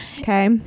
Okay